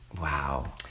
wow